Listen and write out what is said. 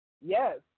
Yes